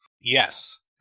Yes